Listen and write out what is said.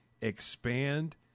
expand